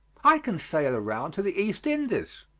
i can sail around to the east indies.